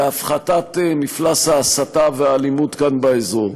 להפחתת מפלס ההסתה והאלימות כאן באזור.